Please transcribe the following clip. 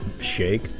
shake